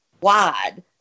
wide